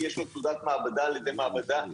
כי יש פה תעודת מעבדה רשמית,